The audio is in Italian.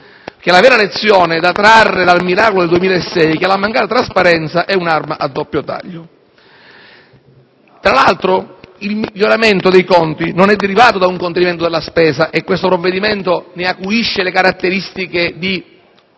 la vera lezione da trarre dal miracolo del 2006 è che la mancata trasparenza è un'arma a doppio taglio. Tra l'altro, il miglioramento dei conti è derivato non da un contenimento della spesa, e questo provvedimento ne acuisce le caratteristiche di